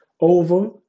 over